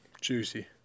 juicy